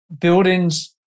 buildings –